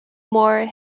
more